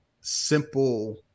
simple